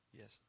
yes